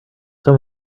some